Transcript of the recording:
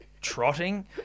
trotting